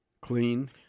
Clean